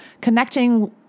connecting